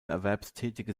erwerbstätige